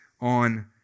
on